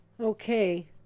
Okay